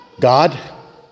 God